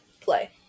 play